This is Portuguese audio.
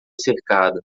cercada